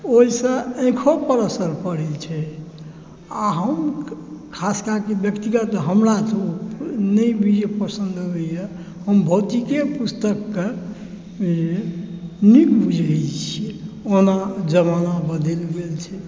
ओहिसॅं आँखिओ पर असर परै छै आ हम ख़ास कए कऽ व्यक्तिगत हमरा तऽ ओ नहि पसंद अबै यऽ हम भौतिकए पुस्तकक जे नीक बुझै छियै ओना ज़माना बदलि गेल छै